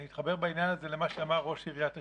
אני מתחבר בעניין הזה למה שאמר ראש עיריית אשקלון.